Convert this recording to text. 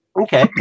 Okay